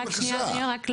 רק שנייה, רק לוודא.